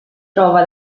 trova